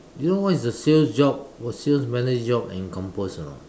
you know what is a sales job w~ sales manager job encompass or not